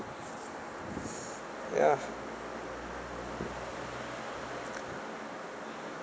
ya